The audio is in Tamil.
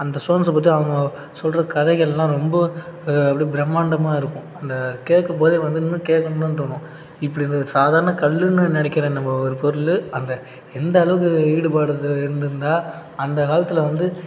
அந்த ஸ்டோன்ஸை பற்றி அவங்க சொல்கிற கதைகளெலாம் ரொம்ப அப்படியே பிரமாண்டமாக இருக்கும் அதை கேட்கும்போதே வந்து இன்னும் கேட்கணுன்னு தான் தோணும் இப்படி இந்த சாதாரண கல்லுன்னு நினைக்கிற நம்ம ஒரு பொருள் அந்த எந்த அளவுக்கு ஈடுபாடு இதில் இருந்திருந்தால் அந்த காலத்தில் வந்து